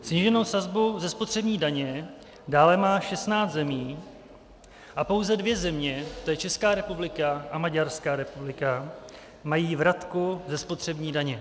Sníženou sazbu ze spotřební daně dále má šestnáct zemí a pouze dvě země, to je Česká republika a Maďarská republika, mají vratku ze spotřební daně.